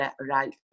right